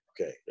Okay